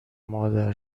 مادر